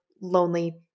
lonely